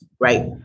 right